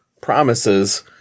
promises